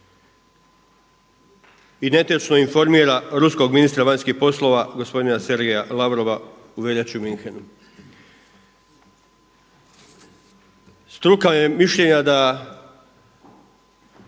i netočno informira ruskog ministra vanjskih poslova gospodina Sergeja Lavrova u veljači u Münchenu. Struka je mišljenja da